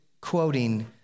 quoting